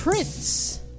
Prince